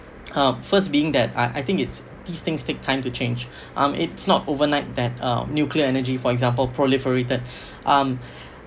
um first being that I I think it's these things take time to change um it's not overnight that uh nuclear energy for example proliferated um